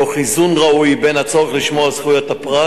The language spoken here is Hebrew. תוך איזון ראוי בין הצורך לשמור על זכויות הפרט